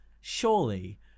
Surely